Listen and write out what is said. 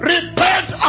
Repent